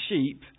sheep